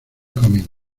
comen